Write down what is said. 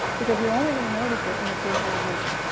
because you're only going to notice it in your peripheral vision.